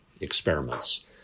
experiments